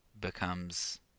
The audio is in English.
becomes